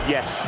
Yes